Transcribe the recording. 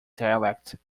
dialect